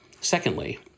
Secondly